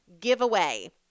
giveaway